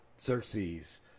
Xerxes